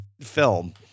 film